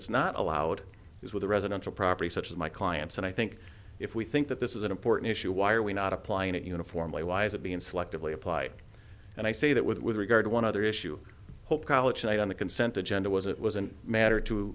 it's not allowed is with a residential property such as my clients and i think if we think that this is an important issue why are we not applying it uniformly why is it being selectively apply and i say that with regard to one other issue hope college night on the consent agenda was it was a matter to